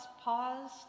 pause